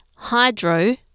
Hydro